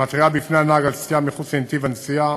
המתריעה בפני הנהג על סטייה מחוץ לנתיב הנסיעה,